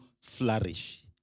flourish